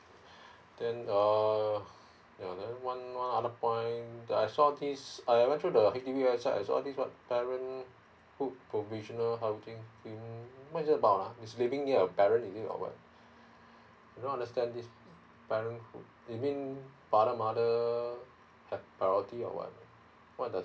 then uh one one of point um I saw this I went to the H_D_B website I saw this what parenthood provisional housing scheme what's it about lah is it living with your parent or what I don't understand this parenthood it mean father mother get priority or what what the